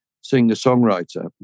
singer-songwriter